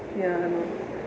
ya I know